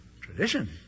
Tradition